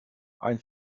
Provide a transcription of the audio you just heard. ein